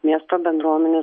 miesto bendruomenės